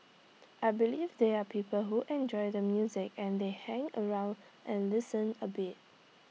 I believe there are people who enjoy the music and they hang around and listen A bit